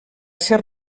ser